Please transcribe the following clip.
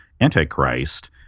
Antichrist